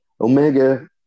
Omega